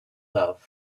love